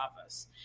office